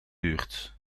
duurt